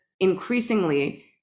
increasingly